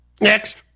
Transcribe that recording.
Next